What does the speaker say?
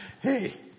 Hey